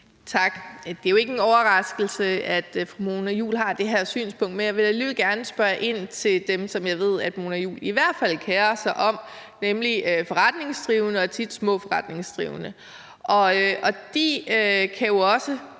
Tak. Det er jo ikke en overraskelse, at fru Mona Juul har det her synspunkt, men jeg vil alligevel gerne spørge ind til dem, som jeg ved fru Mona Juul i hvert fald kerer sig om, nemlig de forretningsdrivende og tit de små forretningsdrivende. De kan jo også